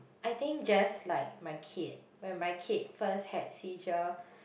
I think just like my kid when my kid first had seizure